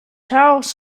houses